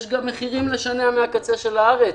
יש גם מחירים לשנע מהקצה של המדינה.